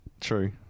True